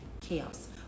chaos